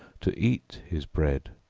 to eat his bread.